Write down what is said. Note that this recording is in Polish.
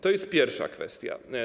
To jest pierwsza kwestia.